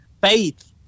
Faith